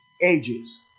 ages